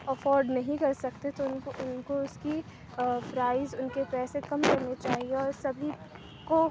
afford نہیں کر سکتے تو ان کو ان کو اس کی پرائز ان کے پیسے کم کرنے چاہیے اور سبھی کو